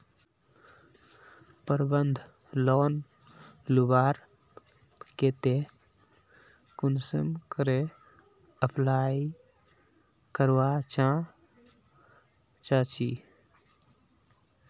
प्रबंधन लोन लुबार केते कुंसम करे अप्लाई करवा चाँ चची?